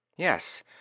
Yes